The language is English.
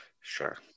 sure